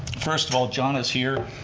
first of all, john is here.